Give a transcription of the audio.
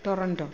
Toronto